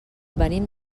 venim